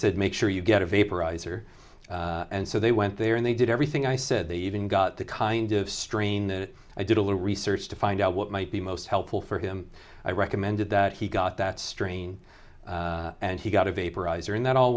said make sure you get a vaporizer and so they went there and they did everything i said they even got to kind of strain that i did a little research to find out what might be most helpful for him i recommended that he got that strain and he got a vaporizer and that all